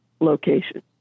location